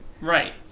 Right